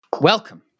Welcome